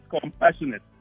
compassionate